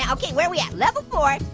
ah okay where we at? level four,